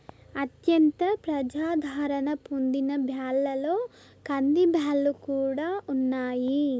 అత్యంత ప్రజాధారణ పొందిన బ్యాళ్ళలో కందిబ్యాల్లు కూడా ఉన్నాయి